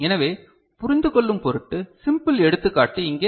எனவே புரிந்துகொள்ளும் பொருட்டு சிம்பில் எடுத்துக்காட்டு இங்கே